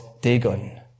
Dagon